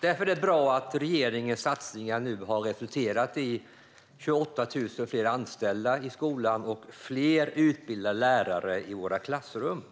Därför är det bra att regeringens satsningar nu har resulterat i 28 000 fler anställda i skolan och fler utbildade lärare i våra klassrum.